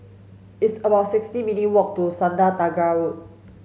it's about sixty minute walk to Sungei Tengah Road